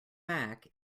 back